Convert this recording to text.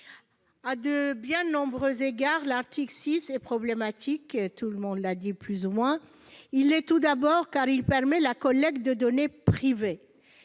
À de nombreux égards, cet article 6 est problématique ; tout le monde l'a plus ou moins reconnu. Il l'est, tout d'abord, car il permet la collecte de données privées.